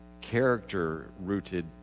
character-rooted